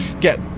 get